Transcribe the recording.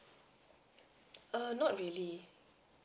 err not really